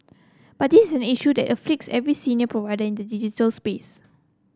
but this an issue that afflicts every provider the digital space